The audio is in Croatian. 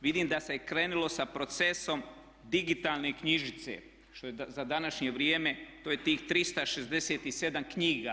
Vidim da se krenulo sa procesom digitalne knjižnice što je za današnje vrijeme to je tih 367 knjiga.